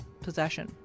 possession